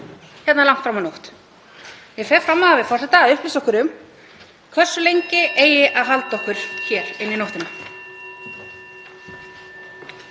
hérna langt fram á nótt. Ég fer fram á það við forseta að hann upplýsi okkur um hversu lengi eigi að halda okkur hér inn í nóttina.